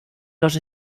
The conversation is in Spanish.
los